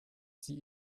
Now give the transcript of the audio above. sie